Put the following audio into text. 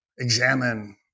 examine